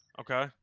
Okay